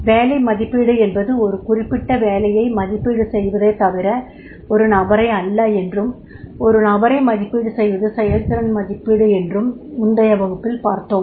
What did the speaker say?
வேலை மதிப்பீடு என்பது ஒரு குறிப்பிட்ட வேலையை மதிப்பீடு செய்வதே தவிர ஒரு நபரை அல்ல என்றும் ஒரு நபரை மதிப்பீடு செய்வது செயல்திறன் மதிப்பீடு என்றும் முந்தைய வகுப்பில் பார்த்தோம்